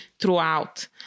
throughout